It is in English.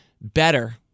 better